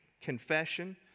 confession